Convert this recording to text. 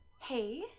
hey